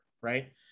right